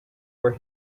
were